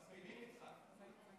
מסכימים איתך.